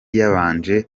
yabanje